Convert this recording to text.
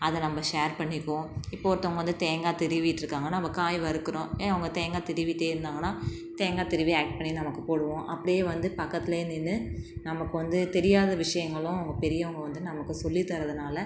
அதை நம்ம ஷேர் பண்ணிக்குவோம் இப்போ ஒருத்தங்க வந்து தேங்காய் துருவிட்ருக்காங்கனா நம்ம காய் வறுக்குறோம் ஏன் அவங்க தேங்காய் துருவிட்டே இருந்தாங்கனால் தேங்காய் துருவி ஆட் பண்ணி நமக்கு போடுவோம் அப்படியே வந்து பக்கத்தில் நின்று நமக்கு வந்து தெரியாத விஷயங்களும் பெரியவங்க வந்து நமக்கு சொல்லி தரதுனால்